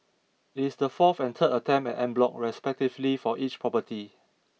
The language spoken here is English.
it is the fourth and third attempt at en bloc respectively for each property